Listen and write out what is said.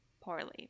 poorly